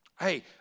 Hey